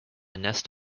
nest